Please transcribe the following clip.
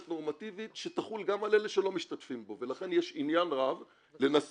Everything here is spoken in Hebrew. נורמטיבית שתחול גם על אלה שלא משתתפים בו ולכן יש עניין רב לנסות,